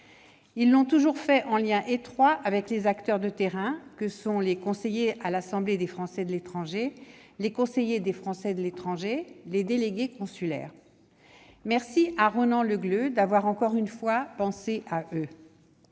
Ils l'ont toujours fait en lien étroit avec les acteurs de terrain que sont les conseillers à l'Assemblée des Français de l'étranger, les conseillers des Français de l'étranger, les délégués consulaires. Merci à Ronan Le Gleut d'avoir encore une fois pensé à eux.